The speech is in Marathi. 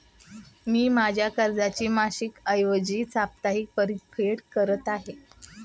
मी माझ्या कर्जाची मासिक ऐवजी साप्ताहिक परतफेड करत आहे